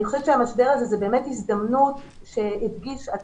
אני חושבת שהמשבר הזה הוא באמת הזדמנות שידגיש עד